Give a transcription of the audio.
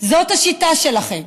זאת השיטה שלכם: